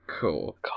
cool